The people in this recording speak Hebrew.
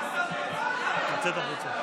בבקשה.